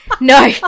No